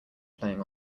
playing